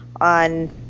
on